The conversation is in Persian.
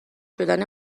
شدن